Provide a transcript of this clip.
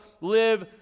live